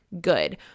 good